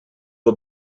the